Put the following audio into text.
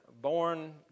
born